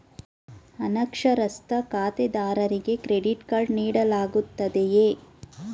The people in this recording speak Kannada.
ಅನಕ್ಷರಸ್ಥ ಖಾತೆದಾರರಿಗೆ ಕ್ರೆಡಿಟ್ ಕಾರ್ಡ್ ನೀಡಲಾಗುತ್ತದೆಯೇ?